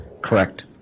Correct